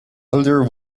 older